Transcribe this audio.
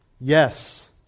Yes